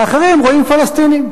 ואחרים רואים פלסטינים.